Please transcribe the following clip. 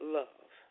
love